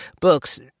books